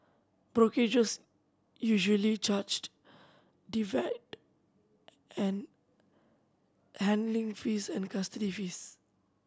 brokerages usually charged divide and handling fees and custody fees